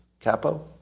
Capo